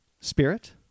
Spirit